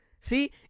See